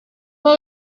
all